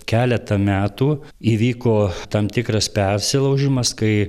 keletą metų įvyko tam tikras persilaužimas kai